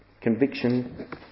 conviction